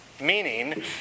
Meaning